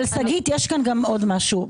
אבל, שגית, יש כאן עוד משהו.